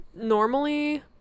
normally